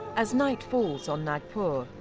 as night falls on nagpur,